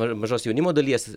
ma mažos jaunimo dalies